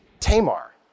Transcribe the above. Tamar